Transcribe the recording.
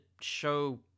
show